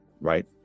Right